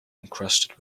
encrusted